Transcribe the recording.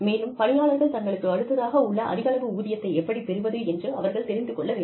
மேலும் பணியாளர்கள் தங்களுக்கு அடுத்ததாக உள்ள அதிகளவு ஊதியத்தை எப்படி பெறுவது என்று அவர்கள் தெரிந்து கொள்ள வேண்டும்